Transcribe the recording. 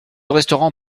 restaurant